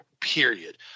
Period